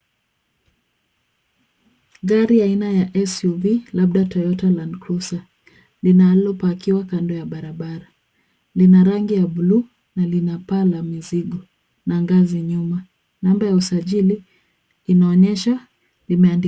Gari aina ya SUV, labda Toyota land cruiser , lililopakwa kando ya barabara. Lina rangi ya buluu na lina paa la mizigo, na ngazi nyuma. Namba ya usajili, inaonyesha limeandikwa.